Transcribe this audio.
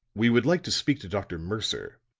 we would like to speak to dr. mercer,